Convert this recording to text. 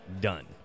Done